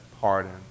pardon